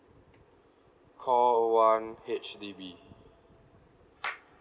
call one H_D_B